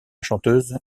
chanteuse